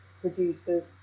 producers